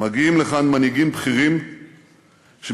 מגיעים לכאן מנהיגים בכירים שמתפעלים